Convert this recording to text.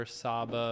saba